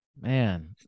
man